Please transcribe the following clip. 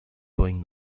going